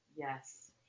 Yes